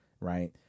Right